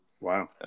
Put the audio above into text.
Wow